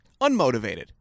unmotivated